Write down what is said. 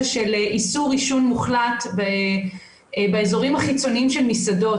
של איסור עישון מוחלט באזורים החיצוניים של מסעדות.